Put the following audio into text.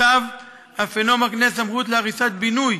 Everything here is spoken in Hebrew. הצו אף אינו מקנה סמכות להריסת בינוי